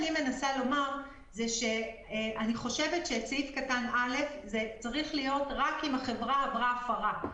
אני חושבת שבסעיף קטן (א) זה צריך להיות רק אם החברה עברה הפרה,